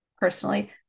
personally